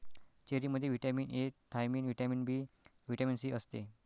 चेरीमध्ये vitamin A, thiamine, vitamin B, vitamin C असते